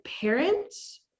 parents